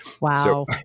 Wow